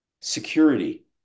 security